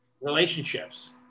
relationships